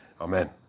amen